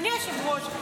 אדוני היושב-ראש,